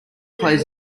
plays